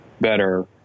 better